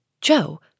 Joe